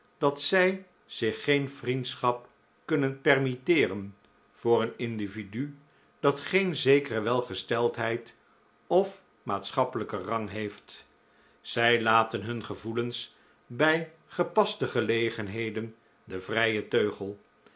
dat zij zich geen vriendschap kunnen permitteeren voor een individu dat geen zekere welgesteldheid of maatschappelijken rang heeft zij laten hun gevoelens bij gepaste gelegenheden den vrijen teugel